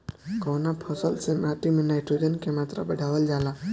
कवना फसल से माटी में नाइट्रोजन के मात्रा बढ़ावल जाला?